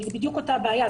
אבל זו בדיוק אותה בעיה,